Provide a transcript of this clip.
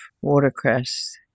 watercress